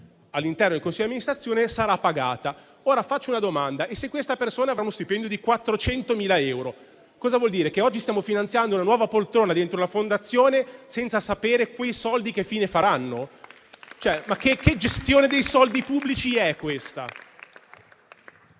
all'interno del consiglio d'amministrazione sarà pagata. Faccio una domanda: se questa persona avrà uno stipendio di 400.000 euro, vuol dire che oggi stiamo finanziando una nuova poltrona dentro la Fondazione senza sapere quei soldi che fine faranno? Che gestione dei soldi pubblici è questa?